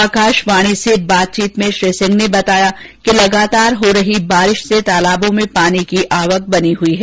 आकाषवाणी से बातचीत में श्री सिंह ने बताया कि लगातार हो रही बारिष से तालाबों में पानी की आवक बनी हुई है